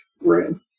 room